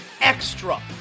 extra